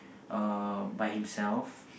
uh by himself